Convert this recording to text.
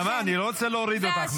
אה, נעמה, אני לא רוצה להוריד אותך מהדוכן.